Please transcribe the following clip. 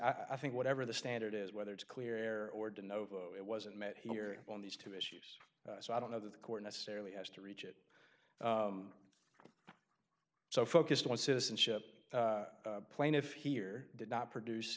and i think whatever the standard is whether it's clear air or de novo it wasn't met here on these two issues so i don't know that the court necessarily has to reach it so focused on citizenship plaintiffs here did not produce